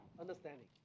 Understanding